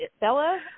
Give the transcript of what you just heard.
Bella